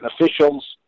officials